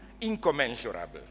incommensurable